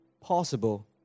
possible